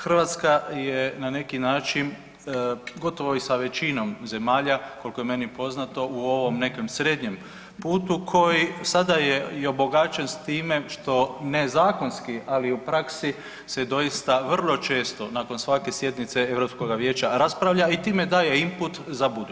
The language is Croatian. Hrvatska je na neki način gotovo i sa većinom zemalja koliko je meni poznato u ovom nekom srednjem putu koji sada je i obogaćen s time što nezakonski, ali u praksi se doista vrlo često nakon svake sjednice Europskoga vijeća raspravlja i time daje imput za buduće.